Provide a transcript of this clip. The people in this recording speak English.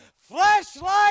flashlight